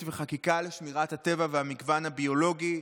וחקיקה לשמירת הטבע והמגוון הביולוגי,